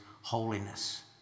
holiness